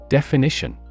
Definition